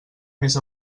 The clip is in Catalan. més